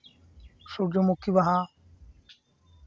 ᱥᱩᱨᱡᱚᱢᱩᱠᱷᱤ ᱵᱟᱦᱟ